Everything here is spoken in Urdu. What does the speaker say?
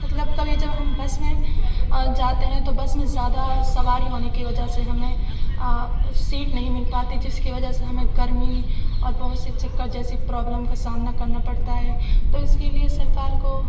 مطلب کبھی جب ہم بس میں جاتے ہیں تو بس میں زیادہ سواری ہونے کی وجہ سے ہمیں سیٹ نہیں مل پاتی جس کی وجہ سے ہمیں گرمی اور بہت سی چکر جیسی پرابلم کا سامنا کرنا پڑتا ہے تو اس کے لیے سرکار کو